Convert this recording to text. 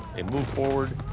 they move forward,